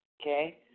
Okay